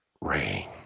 rain